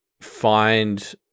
find-